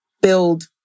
build